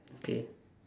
okay